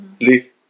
Leave